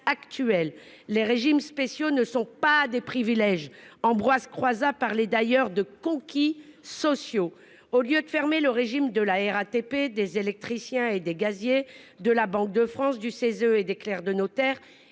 actuel. Les régimes spéciaux ne sont pas des privilèges. Ambroise Croizat parlait d'ailleurs de « conquis sociaux ». Au lieu de fermer le régime de la RATP, des électriciens et des gaziers, de la Banque de France, du Conseil économique,